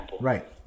right